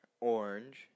orange